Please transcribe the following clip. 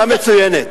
שאלה מצוינת.